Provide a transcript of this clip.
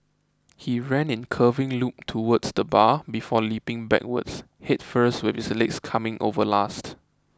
he ran in curving loop towards the bar before leaping backwards head first with his legs coming over last